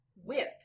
whip